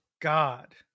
God